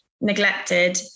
neglected